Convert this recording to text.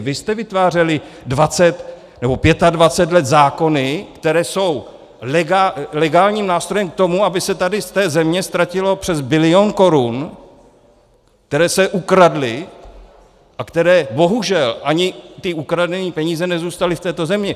Vy jste vytvářeli dvacet nebo pětadvacet let zákony, které jsou legálním nástrojem k tomu, aby se tady z té země ztratilo přes bilion korun, které se ukradly a které bohužel, ani ty ukradené peníze nezůstaly v této zemi.